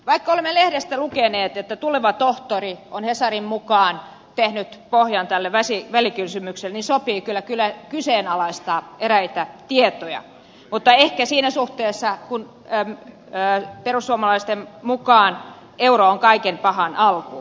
vaikka olemme lehdestä lukeneet että tuleva tohtori on hesarin mukaan tehnyt pohjan tälle välikysymykselle niin sopii kyllä kyseenalaistaa eräitä tietoja mutta ehkä siinä suhteessa kun perussuomalaisten mukaan euro on kaiken pahan alku